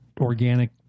organic